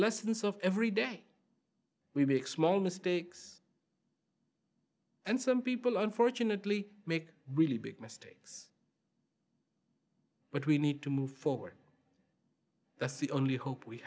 lessons of every day we make small mistakes and some people unfortunately make really big mistakes but we need to move forward that's the only hope we